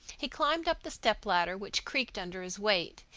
he climbed up the stepladder, which creaked under his weight,